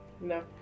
no